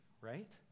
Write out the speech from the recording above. right